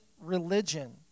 religion